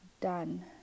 done